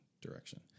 direction